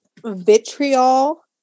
vitriol